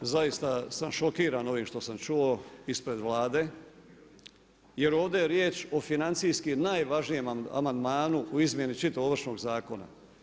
Zaista sam šokiran ovim što sam čuo ispred Vlade, jer ovdje je riječ o financijski najvažnijem amandmanu u izmjeni čitavog Ovršnog zakona.